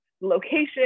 location